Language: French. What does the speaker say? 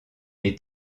est